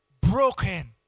broken